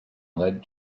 led